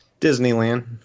Disneyland